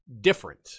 different